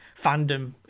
fandom